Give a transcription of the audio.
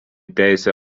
teisę